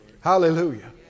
Hallelujah